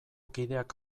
kideak